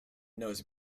knows